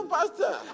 Pastor